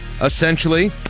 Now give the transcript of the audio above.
Essentially